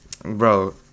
Bro